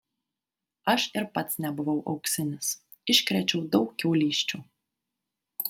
aš ir pats nebuvau auksinis iškrėčiau daug kiaulysčių